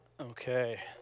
Okay